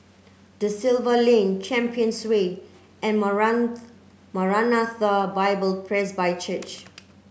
Da Silva Lane Champions Way and Maranatha Bible Presby Church